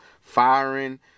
firing